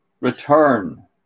Return